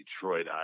Detroit